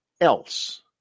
else